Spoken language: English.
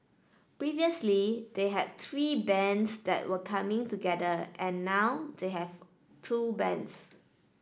previously they had three bands that were coming together and now they have two bands